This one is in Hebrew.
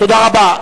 תודה רבה.